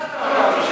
הפתעת אותנו.